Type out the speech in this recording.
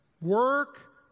work